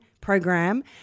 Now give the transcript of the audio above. program